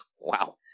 Wow